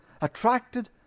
attracted